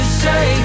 say